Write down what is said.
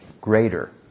greater